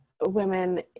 women